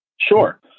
Sure